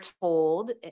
told